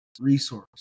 resource